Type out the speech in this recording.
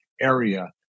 area